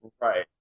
right